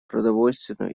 продовольственную